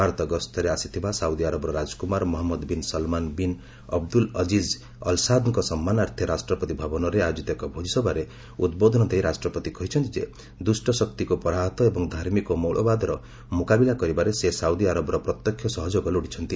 ଭାରତ ଗସ୍ତରେ ଆସିଥିବା ସାଉଦିଆରବର ରାଜକୁମାର Mohammed bin Salman bin Abdul Aziz ଅଲ୍ସାଦ୍ଙ୍କ ସମ୍ମାନାର୍ଥେ ରାଷ୍ଟ୍ରପତି ଭବନରେ ଆୟୋଜିତ ଏକ ଭୋଜିସଭାରେ ଉଦ୍ବୋଧନ ଦେଇ ରାଷ୍ଟ୍ରପତି କହିଛନ୍ତି ଯେ ଦୁଷ୍ଟଶକ୍ତିକୁ ପରାହତ ଏବଂ ଧାର୍ମିକ ମୌଳବାଦର ମୁକାବିଲା କରିବାରେ ସେ ସାଉଦିଆରବର ପ୍ରତ୍ୟକ୍ଷ ସହଯୋଗ ଲୋଡ଼ିଛନ୍ତି